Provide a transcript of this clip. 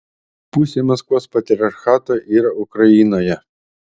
pusė maskvos patriarchato yra ukrainoje